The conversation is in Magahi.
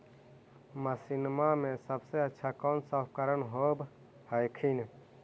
मसिनमा मे सबसे अच्छा कौन सा उपकरण कौन होब हखिन?